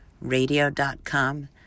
Radio.com